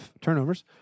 turnovers